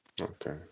Okay